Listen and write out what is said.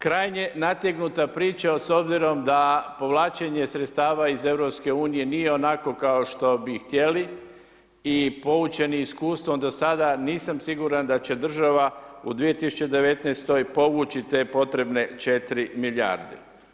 Krajnje nategnuta priča s obzirom da povlačenje sredstava iz Europske unije nije onako kao što bi htjeli, i poučeni iskustvom do sada, nisam siguran da će država u 2019. povući te potrebne 4 milijarde.